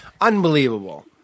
Unbelievable